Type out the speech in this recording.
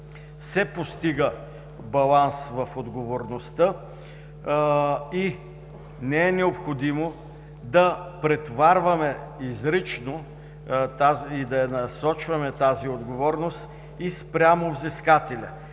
се постига баланс в отговорността и не е необходимо да претоварваме изрично и да насочваме тази отговорност и спрямо взискателя